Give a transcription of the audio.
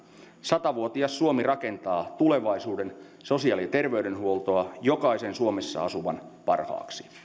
sata vuotias suomi rakentaa tulevaisuuden sosiaali ja terveydenhuoltoa jokaisen suomessa asuvan parhaaksi